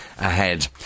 ahead